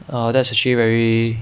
err that's actually very